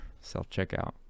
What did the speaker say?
self-checkout